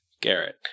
Garrett